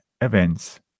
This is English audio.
events